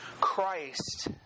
Christ